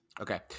Okay